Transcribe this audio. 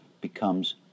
becomes